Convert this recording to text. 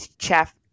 Chef